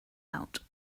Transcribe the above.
out